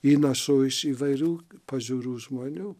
įnašo iš įvairių pažiūrų žmonių